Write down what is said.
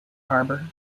harbour